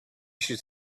should